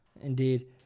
Indeed